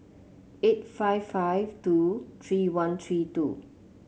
eight five five two three one three two